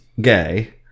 gay